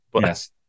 yes